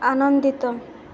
ଆନନ୍ଦିତ